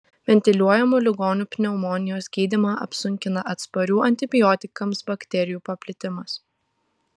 ventiliuojamų ligonių pneumonijos gydymą apsunkina atsparių antibiotikams bakterijų paplitimas